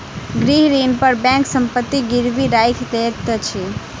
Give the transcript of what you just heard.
गृह ऋण पर बैंक संपत्ति गिरवी राइख लैत अछि